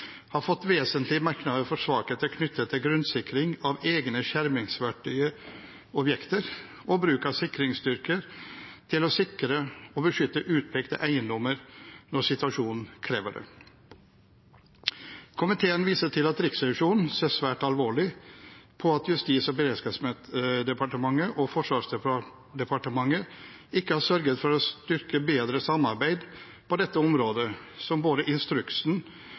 har fått vesentlige merknader for svakheter knyttet til grunnsikring av egne skjermingsverdige objekter og bruk av sikringsstyrker til å sikre og beskytte utpekte eiendommer når situasjonen krever det. Komiteen viser til at Riksrevisjonen ser svært alvorlig på at Justis- og beredskapsdepartementet og Forsvarsdepartementet ikke har sørget for å styrke og bedre samarbeidet på dette området, som både instruksen